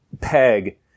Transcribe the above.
peg